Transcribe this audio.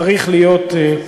צריך להיות,